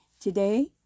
Today